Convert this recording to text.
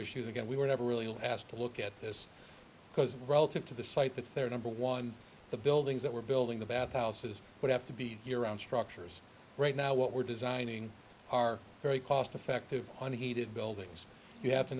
issues again we were never really asked to look at this because relative to the site that's their number one the buildings that we're building the bath houses would have to be around structures right now what we're designing are very cost effective and heated buildings you have to